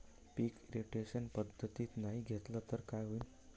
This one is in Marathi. पीक रोटेशन पद्धतीनं नाही घेतलं तर काय होईन?